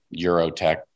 Eurotech